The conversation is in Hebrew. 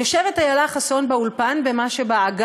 יושבת איילה חסון באולפן, במה שבעגה